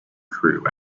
crew